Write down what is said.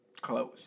Close